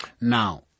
Now